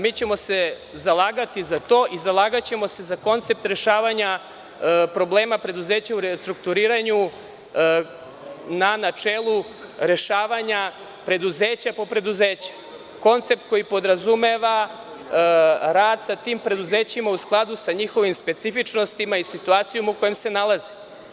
Mi ćemo se zalagati za to i zalagaćemo se za koncept rešavanja problema preduzeća u restrukturiranju na načelu rešavanja preduzeća po preduzeća, koncept koji podrazumeva rad sa tim preduzećima u skladu sa njihovim specifičnostima i situacijom u kojem se nalaze.